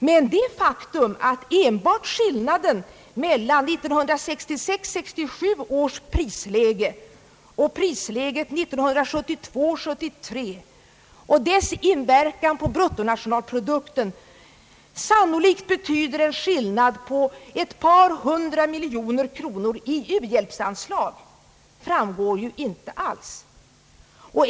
Men det faktum, att enbart skillnaden mellan 1966 73 och dess inverkan på bruttonationalprodukten sanno likt betyder: en skillnad på ett par hundra miljoner kronor i u-hjälpsanslag, framgår ju inte alls.